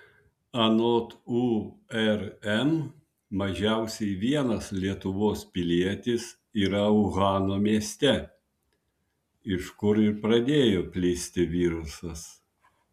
anot urm mažiausiai vienas lietuvos pilietis yra uhano mieste iš kur ir pradėjo plisti virusas